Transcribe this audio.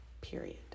Period